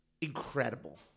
incredible